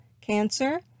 Cancer